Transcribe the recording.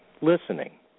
listening